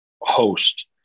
host